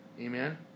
Amen